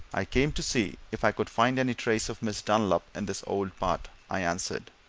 i came to see if i could find any trace of miss dunlop in this old part, i answered,